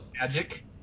magic